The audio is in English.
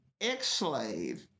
ex-slave